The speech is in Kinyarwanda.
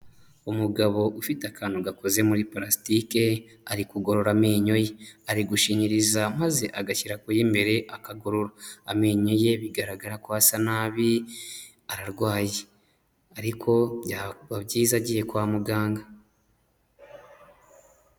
Umugabo ufite akantu gakoze muri plastike ari kugorora amenyo ye, ari gushinyiriza maze agashyira ku y’imbere akagorora, amenyo ye bigaragara ko asa nabi, ararwaye ariko byaba byiza agiye kwa muganga.